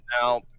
Now